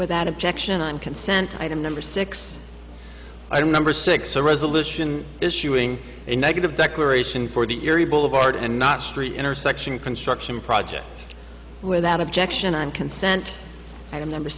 without objection on consent item number six i don't number six a resolution issuing a negative declaration for the erie boulevard and not street intersection construction project without objection on consent i am number